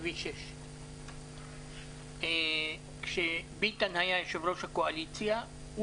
בכביש 6. כשביטן היה יו"ר הקואליציה בכנסת ה-20,